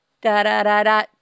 Da-da-da-da